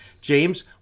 James